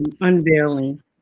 unveiling